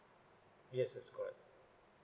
yes that's correct